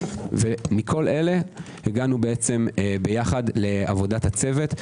מכל אלה הגענו ביחד לעבודת הצוות.